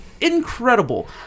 incredible